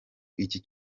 iki